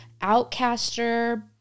outcaster